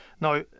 Now